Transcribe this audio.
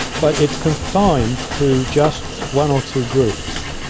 but it is confined to just one or two groups.